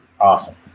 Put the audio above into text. Awesome